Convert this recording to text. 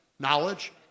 knowledge